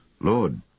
Lord